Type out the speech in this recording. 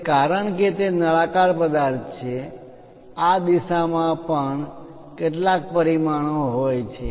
હવે કારણ કે તે નળાકાર પદાર્થ છે આ દિશામાં પણ કેટલાક પરિમાણો હોય છે